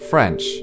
French